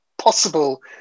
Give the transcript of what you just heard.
possible